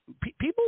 people